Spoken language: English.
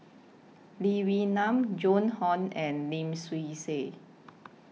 Lee Wee Nam Joan Hon and Lim Swee Say